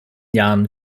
jahren